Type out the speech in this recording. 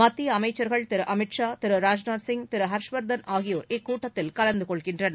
மத்திய அமைச்சர்கள் திரு அமித் ஷா ராஜ்நாத் சிங் திரு திரு ஹர்ஷ்வர்தன் ஆகியோர் இக்கூட்டத்தில் கலந்துகொள்கின்றனர்